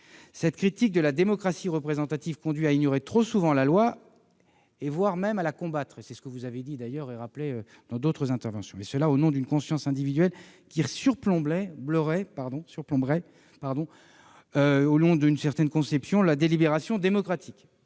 Cette critique de la démocratie représentative conduit trop souvent à ignorer la loi, voire à la combattre, au nom d'une conscience individuelle qui surplomberait la délibération démocratique.